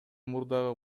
мурдагы